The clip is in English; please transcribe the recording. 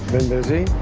been busy?